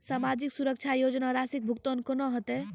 समाजिक सुरक्षा योजना राशिक भुगतान कूना हेतै?